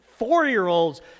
four-year-olds